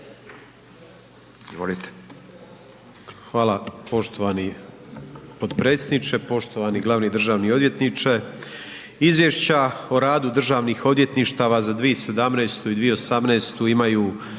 Hvala poštovani potpredsjedniče. Poštovani glavni državni odvjetniče. Izvješća o radu državnih odvjetništva za 2017. i 2018. imaju